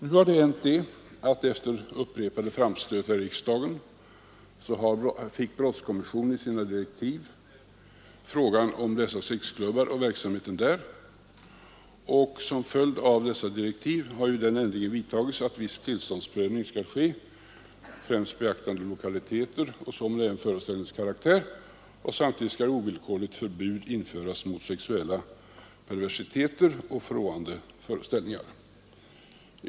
Nu har det hänt att efter upprepade framstötar i riksdagen fick brottskommissionen i sina direktiv frågan om dessa sexklubbar och verksamheten där. Som följd av dessa direktiv har den ändringen vidtagits att viss tillståndsprövning skall ske, med beaktande främst av lokaliteter men även av föreställningens karaktär. Samtidigt skall ovillkorligt förbud införas mot sexuella perversiteter och förråande föreställningar.